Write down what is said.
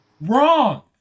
wrong